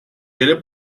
era